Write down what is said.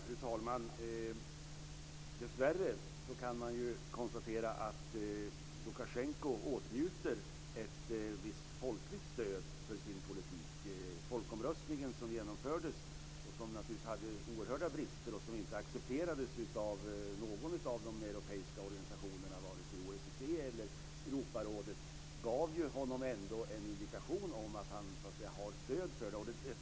Fru talman! Dessvärre kan man ju konstatera att Lukasjenko åtnjuter ett visst folkligt stöd för sin politik. Folkomröstningen som genomfördes, och som naturligtvis hade oerhörda brister och som inte accepterades av någon av de europeiska organisationerna, vare sig OSSE eller Europarådet, gav ju honom ändå en indikation om att han har stöd för sin politik.